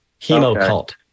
Hemocult